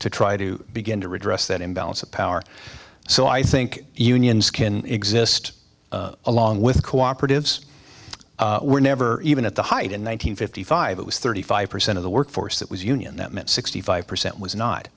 to try to begin to redress that imbalance of power so i think unions can exist along with cooperatives were never even at the height in one thousand fifty five it was thirty five percent of the workforce that was union that meant sixty five percent was not